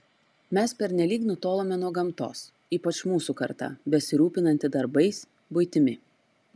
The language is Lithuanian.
mes pernelyg nutolome nuo gamtos ypač mūsų karta besirūpinanti darbais buitimi